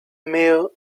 mayor